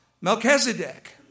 Melchizedek